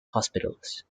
hospitals